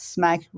Smack